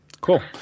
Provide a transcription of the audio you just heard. Cool